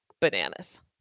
bananas